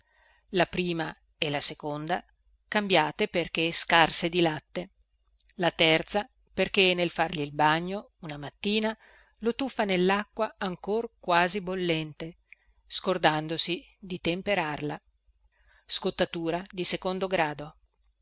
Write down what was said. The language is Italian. la prima e la seconda cambiate perché scarse di latte la terza perché nel fargli il bagno una mattina lo tuffa nellacqua ancor quasi bollente scordandosi di temperarla scottatura di secondo grado